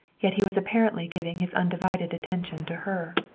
yet he was apparently giving his undivided attention to her.